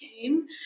came